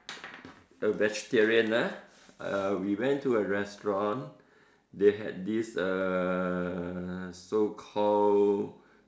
a vegetarian ah uh we went to a restaurant they had this uh so called